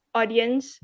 audience